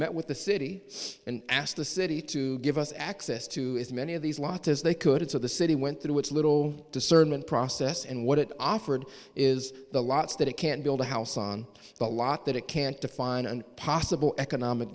met with the city and asked the city to give us access to as many of these lots as they could it's of the city went through its little discernment process and what it offered is the lots that it can build a house on the lot that it can't define and possible economic